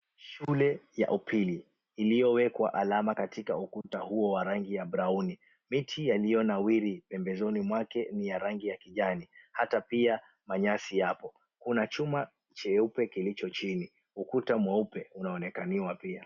Shule ya upili iliowekwa alama katika ukuta huo wa rangi ya brauni. Miti yaliyonawiri pembezoni mwake ni ya rangi ya kijani hata pia manyasi yapo. Kuna chuma cheupe kilicho chini. Ukuta mweupe unaonekaniwa pia.